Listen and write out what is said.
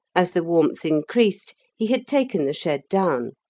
as the warmth increased he had taken the shed down,